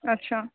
अच्छा